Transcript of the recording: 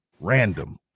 random